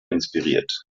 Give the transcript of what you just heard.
inspiriert